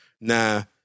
Now